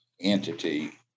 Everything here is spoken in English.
entity